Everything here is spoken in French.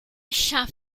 chat